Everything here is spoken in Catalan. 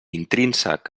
intrínsec